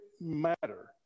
matter